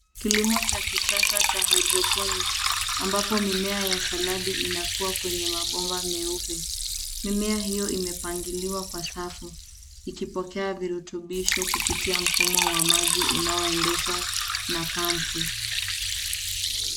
Kilimo cha kisasa cha hydroponics ambapo mimea ya saladi inakua kwenye mabomba meupe. Mimea hiyo imepangiliwa kwa safu ikipokea virutubisho kupitia mfumo wa maji unaoendeshwa na pampu.